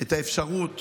את האפשרות